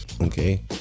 okay